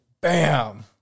BAM